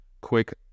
quick